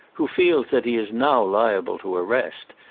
who feels that he is now liable to arrest,